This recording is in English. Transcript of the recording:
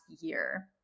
year